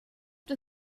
der